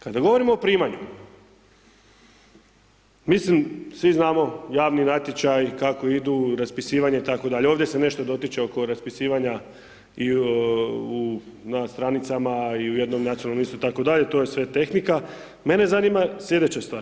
Kada govorimo o primanju, mislim svi znamo javni natječaji kako idu, raspisivanje itd., ovdje se nešto dotiče oko raspisivanja i u na stranicama i u jednom nacionalnom listu, to je sve tehnika, mene zanima slijedeća stvar.